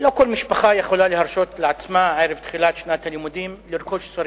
לא כל משפחה יכולה להרשות לעצמה ערב תחילת שנת הלימודים לרכוש ספרים.